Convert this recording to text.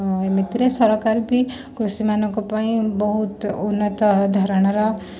ମୋ ମତରେ ସରକାର ବି କୃଷିମାନଙ୍କ ପାଇଁ ବହୁତ ଉନ୍ନତ ଧରଣର